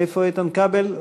איתן כבל.